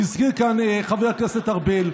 הזכיר כאן חבר הכנסת ארבל,